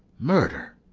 murder!